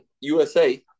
USA